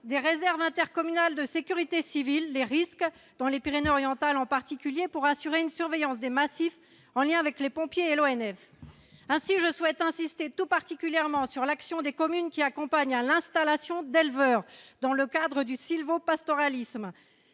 des réserves intercommunal de sécurité civile les risques dans les Pyrénées Orientales en particulier pour assurer une surveillance des massifs en lien avec les pompiers et l'ONF ainsi je souhaite insister tout particulièrement sur l'action des communes qui accompagne à l'installation d'éleveurs dans le cadre du Silvo pastoralisme